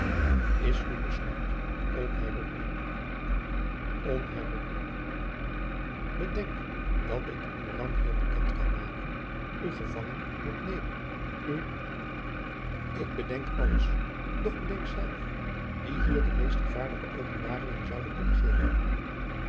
is uw besluit onherroepelijk onherroepelijk bedenk dat ik uw rang hier bekend kan maken u gevangen doen nemen u ik bedenk alles doch bedenk zelf wie hier de meest gevaarlijke openbaringen zouden kunnen geven